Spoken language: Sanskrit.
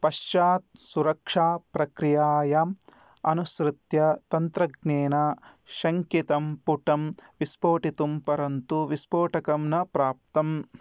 पश्चात् सुरक्षाप्रक्रियायाम् अनुसृत्य तन्त्रज्ञेन शङ्कितं पुटं विस्फोटितं परन्तु विस्फोटकं न प्राप्तम्